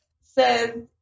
says